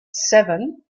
seven